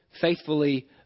faithfully